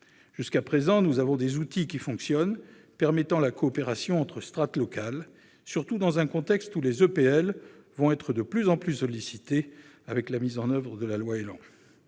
Jusqu'à présent, nous avons des outils qui fonctionnent, permettant la coopération entre strates locales, surtout dans un contexte où les EPL seront de plus en plus sollicitées avec la mise en oeuvre de la loi Élan.